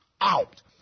out